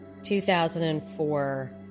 2004